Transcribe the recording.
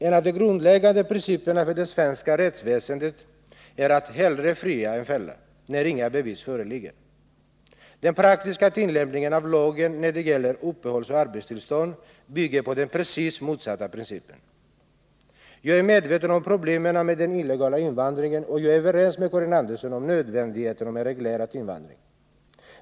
En av de grundläggande principerna för det svenska rättsväsendet är att hellre fria än fälla, när inga bevis föreligger. Den praktiska tillämpningen av lagen när det gäller uppehållsoch arbetstillstånd bygger på den precis motsatta principen. Jag är medveten om problemen med den illegala invandringen, och jag är överens med Karin Andersson om nödvändigheten av en reglerad invandring.